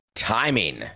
Timing